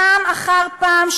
פעם אחר פעם,